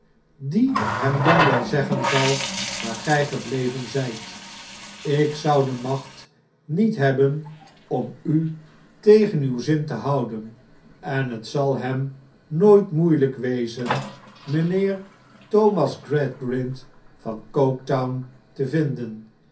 die hem dan wel zeggen zal waar gij gebleven zijt ik zou de macht niet hebben om u tegen uw zin te houden en het zal hem nooit moeielijk wezen mijnheer thomas gradgrind van coketown te vinden